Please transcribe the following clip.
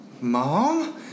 Mom